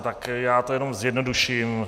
Tak já to jenom zjednoduším.